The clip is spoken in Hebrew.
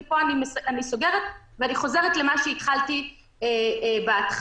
ופה אני סוגרת וחוזרת למה שהתחלתי בהתחלה: